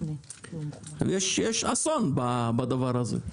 יש אסון בדבר הזה.